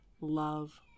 love